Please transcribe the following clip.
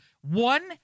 One